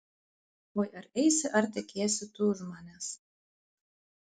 oi ar eisi ar tekėsi tu už manęs